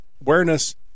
awareness